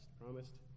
promised